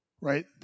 Right